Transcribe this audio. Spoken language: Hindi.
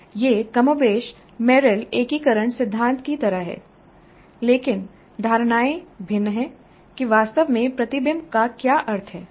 यह कमोबेश मेरिल एकीकरण सिद्धांत की तरह है लेकिन धारणाएं भिन्न हैं कि वास्तव में प्रतिबिंब का क्या अर्थ है